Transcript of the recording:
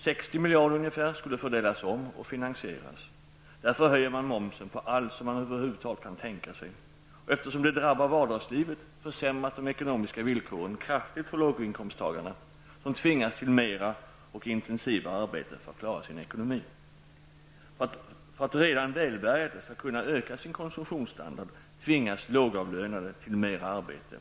60 miljarder skall fördelas om och finansieras. Därför höjer man momsen på allt som man över huvud taget kan tänka sig. Eftersom det drabbar vardagslivet försämras de ekonomiska villkoren kraftigt för låginkomsttagarna, som tvingas till mera och intensivare arbete för att klara sin ekonomi. För att redan välbärgade skall kunna öka sin konsumtionsstandard tvingas lågavlönade till mera arbete.